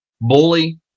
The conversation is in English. bully